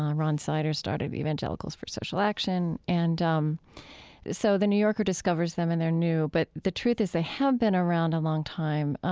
um ron sider started evangelicals for social action. and um so the new yorker discovers them and they're new, but the truth is they have been around a long time.